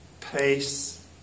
peace